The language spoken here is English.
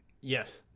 Yes